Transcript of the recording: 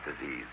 disease